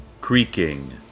creaking